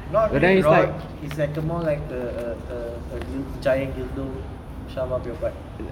not really rod it's like a more like a a a a gi~ giant dildo shove up your butt